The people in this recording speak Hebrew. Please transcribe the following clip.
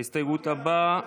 ההסתייגות הבאה,